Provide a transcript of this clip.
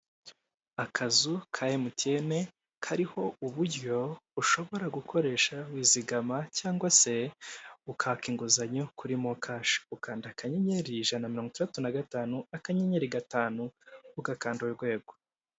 Akazu ka emutiyeni kariho uburyo ushobora gukoresha wizigama cyangwa se ukaka inguzanyo kuri mo kashi ukanda akanyenyeri ijana na mirongo itandatu na gatanu akanyenyeri gatanu ugakanda urwego.